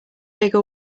bigger